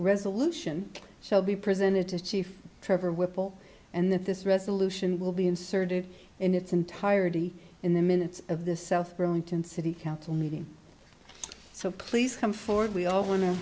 resolution shall be presented to chief trevor whipple and that this resolution will be inserted in its entirety in the minutes of the south burlington city council meeting so please come forward we all want to